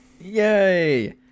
Yay